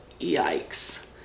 yikes